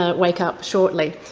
ah wake up shortly.